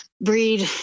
breed